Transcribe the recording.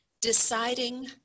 deciding